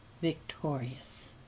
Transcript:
victorious